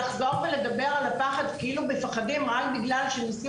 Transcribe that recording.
לחזור ולדבר על הפחד כאילו מפחדים רק בגלל שנשיא